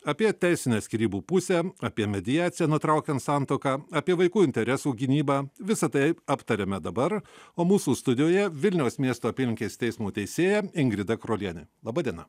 apie teisinę skyrybų pusę apie mediaciją nutraukiant santuoką apie vaikų interesų gynybą visa tai aptariame dabar o mūsų studijoje vilniaus miesto apylinkės teismo teisėja ingrida krolienė laba diena